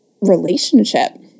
relationship